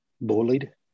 bullied